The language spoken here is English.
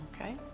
okay